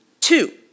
two